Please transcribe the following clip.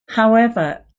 however